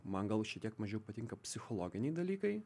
man gal šiek tiek mažiau patinka psichologiniai dalykai